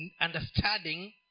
understanding